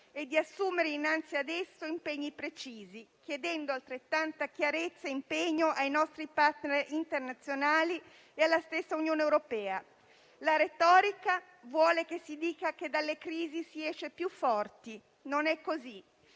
e di assumere innanzi a esso impegni precisi, chiedendo altrettanta chiarezza e impegno ai nostri *partner* internazionali e alla stessa Unione europea. La retorica vuole che si dica che dalle crisi si esce più forti: non è così.